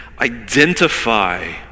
identify